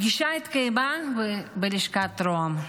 הפגישה התקיימה בלשכת ראש הממשלה.